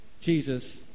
Jesus